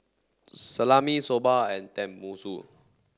Salami Soba and Tenmusu